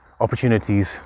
opportunities